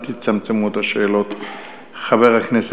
תצמצמו את השאלות עד כמה שרק אפשר.